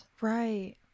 right